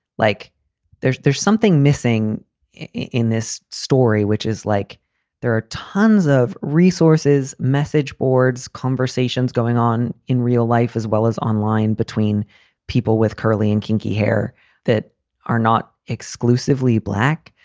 like there's there's something missing in this story, which is like there are tons of resources, message boards, conversations going on in real life as well as online between people with curly and kinky hair that are not exclusively black.